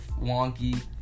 wonky